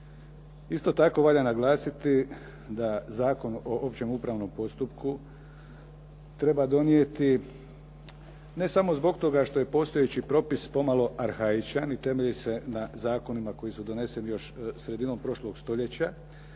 Isto tako valja naglasiti da Zakon o općem upravnom postupku treba donijeti ne samo zbog toga što je postojeći propis pomalo arhaičan i temelji se na zakonima koji su doneseni još sredinom prošlog stoljeća,